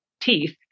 teeth